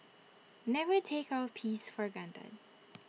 never take our peace for granted